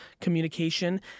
communication